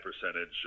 percentage